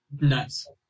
nice